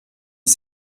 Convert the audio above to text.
est